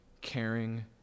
caring